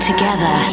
Together